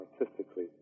artistically